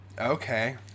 Okay